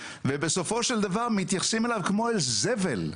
ובסופו של דבר מתייחסים אליו כמו אל זבל,